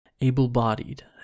able-bodied